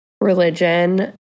religion